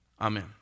Amen